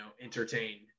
entertain